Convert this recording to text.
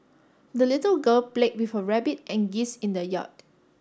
the little girl played with her rabbit and geese in the yard